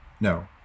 No